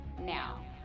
now